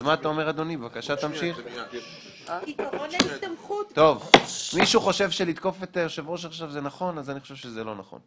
הרי אתה אומר שמשפטנים זה יתרון, זו לא חובה.